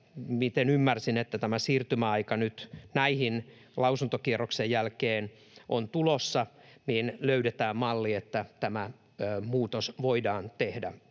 — ymmärsin, että tämä siirtymäaika on nyt näihin lausuntokierroksen jälkeen tulossa — löydetään malli, jolla tämä muutos voidaan tehdä